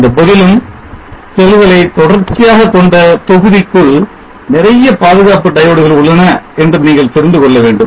இருந்த போதிலும் செல்களை தொடர்ச்சியாக கொண்ட தொகுதிக்குள் நிறைய பாதுகாப்பு diodes உள்ளன என்று நீங்கள் தெரிந்து கொள்ள வேண்டும்